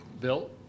Bill